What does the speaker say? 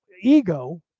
ego